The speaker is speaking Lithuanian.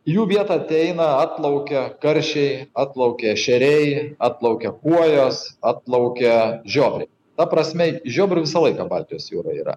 į jų vietą ateina atplaukia karšiai atplaukia ešeriai atplaukia kuojos atplaukia žiobriai ta prasme žiobrių visą laiką baltijos jūroj yra